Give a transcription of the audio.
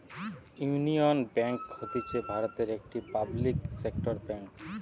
union Bank হতিছে ভারতের একটি পাবলিক সেক্টর বেঙ্ক